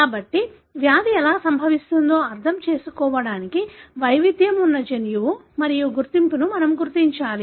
కాబట్టి వ్యాధి ఎలా సంభవిస్తుందో అర్థం చేసుకోవడానికి వైవిధ్యం ఉన్న జన్యువు మరియు గుర్తింపును మనం గుర్తించాలి